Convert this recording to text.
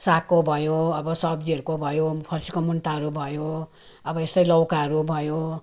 सागको भयो अब सब्जीहरूको भयो फर्सीको मुन्टाहरू भयो अब यस्तै लौकाहरू भयो